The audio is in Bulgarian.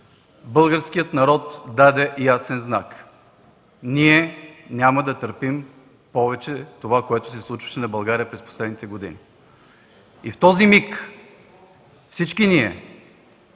българският народ даде ясен знак – ние няма да търпим повече това, което се случваше на България през последните години. И в този миг всички ние